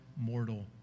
mortal